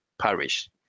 Parish